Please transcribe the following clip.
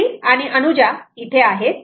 माधुरी आणि अनुजा इथे आहेत